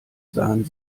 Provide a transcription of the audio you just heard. sahen